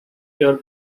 your